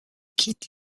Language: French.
quitte